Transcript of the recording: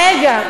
רגע.